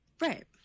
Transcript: Right